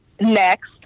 Next